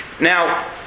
Now